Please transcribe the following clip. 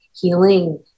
Healing